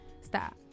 Stop